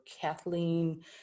Kathleen